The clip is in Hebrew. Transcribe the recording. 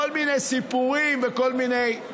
כל מיני סיפורים וכל מיני,